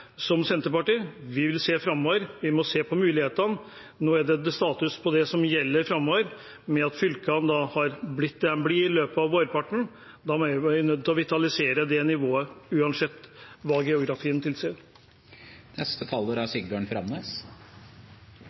vil se framover. Vi må se på mulighetene. Nå er det status på det som gjelder framover, med at fylkene har blitt det de blir i løpet av vårparten. Da er vi nødt til å vitalisere det nivået, uansett hva geografien